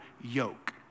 yoke